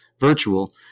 virtual